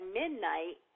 midnight